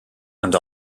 and